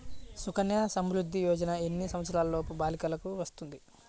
సుకన్య సంవృధ్ది యోజన ఎన్ని సంవత్సరంలోపు బాలికలకు వస్తుంది?